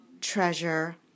treasure